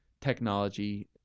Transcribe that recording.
technology